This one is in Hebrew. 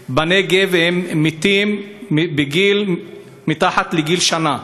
ל-1,000 בנגב שמתים מתחת לגיל שנה,